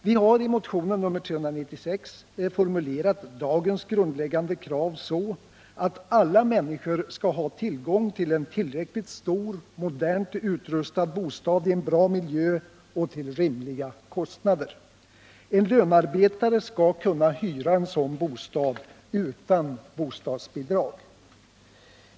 Vi har i motionen 396 formulerat dagens grundläggande krav så, att alla människor skall ha tillgång till en tillräckligt stor, modernt utrustad bostad i en bra miljö och till rimliga kostnader. En lönarbetare skall kunna hyra en sådan bostad utan bostadsbidrag.